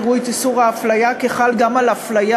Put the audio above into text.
יראו את איסור ההפליה כחל גם על הפליה